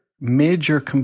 major